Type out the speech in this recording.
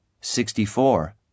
Sixty-four